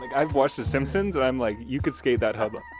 like i've watched the simpsons, i'm like, you can skate that hubba.